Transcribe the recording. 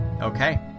Okay